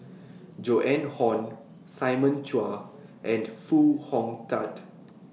Joan Hon Simon Chua and Foo Hong Tatt